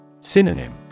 Synonym